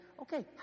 okay